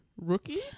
Rookie